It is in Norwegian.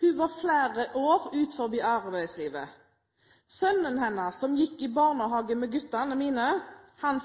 Hun var flere år utenfor arbeidslivet. Sønnen hennes, som gikk i barnehage med guttene mine,